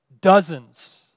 Dozens